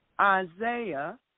Isaiah